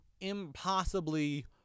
impossibly